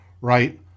right